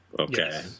okay